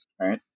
right